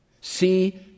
See